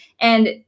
And-